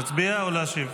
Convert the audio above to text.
להצביע או להשיב?